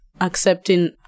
accepting